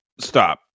stop